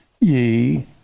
ye